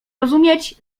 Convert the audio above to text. rozumieć